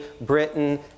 Britain